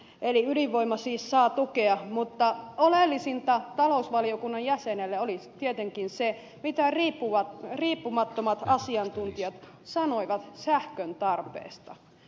eli ydinvoima siis saa tukea mutta oleellisinta talousvaliokunnan jäsenelle oli tietenkin se mitä riippumattomat asiantuntijat sanoivat sähköntarpeesta